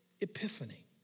epiphany